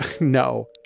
No